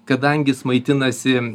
kadangi jis maitinasi